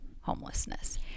homelessness